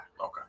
Okay